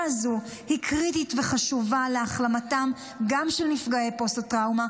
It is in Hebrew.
הזו היא קריטית וחשובה גם להחלמתם של נפגעי הפוסט- טראומה,